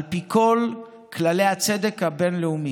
על פי כל כללי הצדק הבין-לאומי.